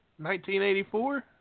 1984